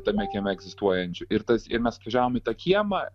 tame kieme egzistuojančių ir tas ir mes atvažiavom į tą kiemą